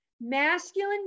masculine